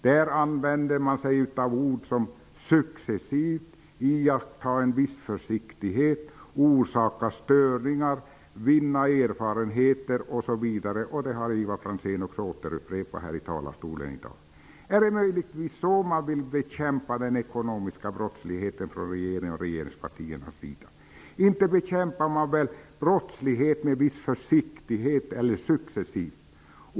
Där använder man sig av uttryck som ''successivt'', ''iaktta en viss försiktighet'', ''orsaka störningar'', ''vinna erfarenheter'' osv. Detta upprepade Ivar Franzén i talarstolen i dag. Är det möjligtvis så regeringen och regeringspartierna vill bekämpa den ekonomiska brottsligheten? Men inte bekämpar man väl brottslighet med ''viss försiktighet'' eller ''successivt''?